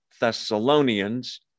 Thessalonians